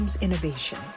innovation